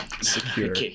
secure